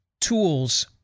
tools